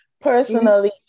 personally